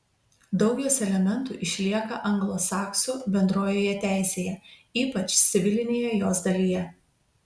daug jos elementų išlieka anglosaksų bendrojoje teisėje ypač civilinėje jos dalyje